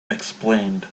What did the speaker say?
explained